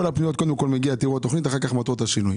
בכל הפניות קודם מגיע תיאור התוכנית ואחר כך מטרות השינוי.